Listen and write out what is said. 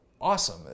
awesome